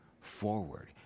forward